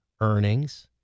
earnings